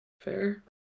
Fair